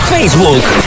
Facebook